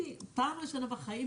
פעם ראשונה זה קרה לי.